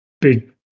big